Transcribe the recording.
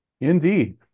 Indeed